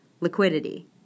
liquidity